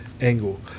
angle